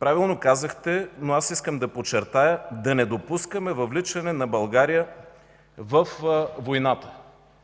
Правилно казахте, но аз искам да подчертая, да не допускаме въвличане на България във войната!